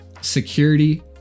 security